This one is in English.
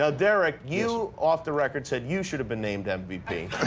ah derek, you off the record said you should have been named and mvp.